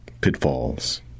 pitfalls